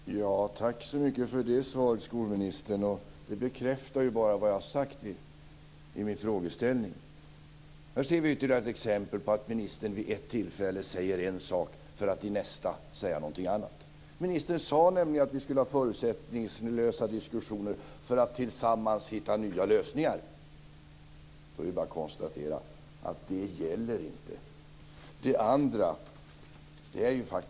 Fru talman! Tack så mycket för det svaret, skolministern. Det bekräftar bara vad jag har sagt i min frågeställning. Här ser vi ytterligare ett exempel på att ministern vid ett tillfälle säger en sak för att vid nästa tillfälle säga någonting annat. Ministern sade att vi skulle ha förutsättningslösa diskussioner för att tillsammans hitta nya lösningar. Det är bara att konstatera att det inte gäller.